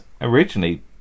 originally